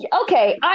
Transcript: okay